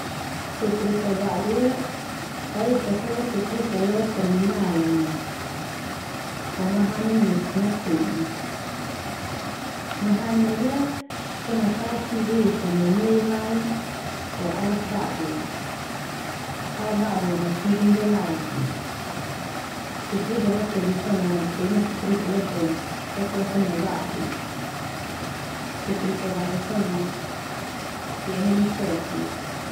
Setrika badu ia ka esa sobo setrika lo terminal a neu fo mahanin losa natobi. Mahanin ndia so na tao sidi esa neu me lain fo alas badu a, tao badu a mai sidi ndia lain. Setrika natobi so na ho'i ma setrika le fo kokosen mai badu a. Setrika basa so na fe'a heni cok a le.